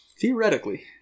Theoretically